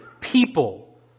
people